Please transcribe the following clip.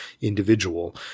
individual